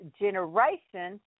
generation